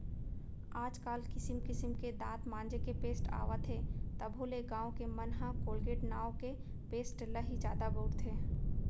आज काल किसिम किसिम के दांत मांजे के पेस्ट आवत हे तभो ले गॉंव के मन ह कोलगेट नांव के पेस्ट ल ही जादा बउरथे